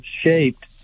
shaped